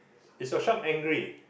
is your shark angry